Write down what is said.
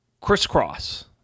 crisscross